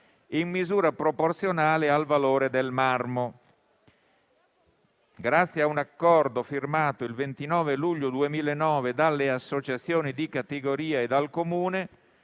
Grazie a un accordo firmato il 29 luglio 2009 dalle associazioni di categoria e dal Comune,